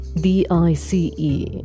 d-i-c-e